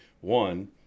one